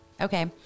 Okay